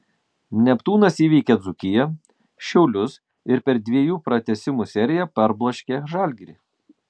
neptūnas įveikė dzūkiją šiaulius ir per dviejų pratęsimų seriją parbloškė žalgirį